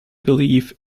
belief